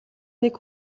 нэг